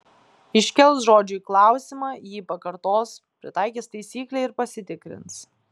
iškels žodžiui klausimą jį pakartos pritaikys taisyklę ir pasitikrins